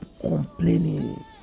complaining